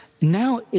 now